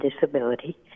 disability